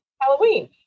Halloween